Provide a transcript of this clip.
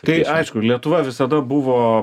tai aišku lietuva visada buvo